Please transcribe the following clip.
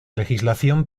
legislación